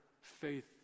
faith